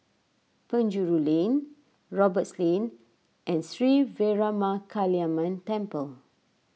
Penjuru Lane Roberts Lane and Sri Veeramakaliamman Temple